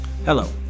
Hello